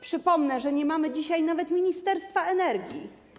Przypomnę, że nie mamy dzisiaj nawet ministerstwa energii.